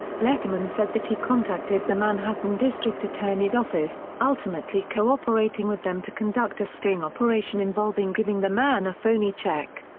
letterman said that he contacted the manhattan district attorney's office, ultimately cooperating with them to conduct a sting operation involving giving the man a phony check.